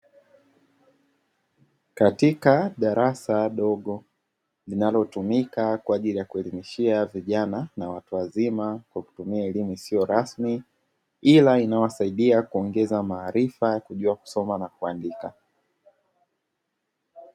Katika darasa dogo linalotumika kwa ajili ya kuelimishia vijana na watu wazima kwa kutumia elimu isiyo rasmi ila inawasaidia kuongeza maarifa ya kujua kusoma na kuandika.